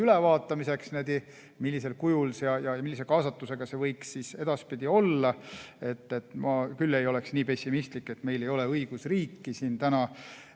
ülevaatamiseks, millisel kujul ja millise kaasatusega see võiks edaspidi olla. Ma küll ei ole nii pessimistlik, et meil ei ole õigusriiki,